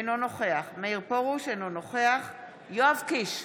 אינו נוכח מאיר פרוש, אינו נוכח יואב קיש,